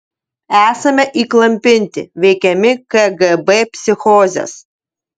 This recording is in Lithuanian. esame įklampinti veikiami kgb psichozės